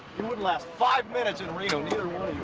you wouldn't last five minutes in reno! neither one